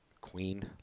Queen